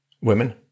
women